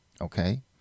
Okay